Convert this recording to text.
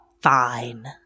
Fine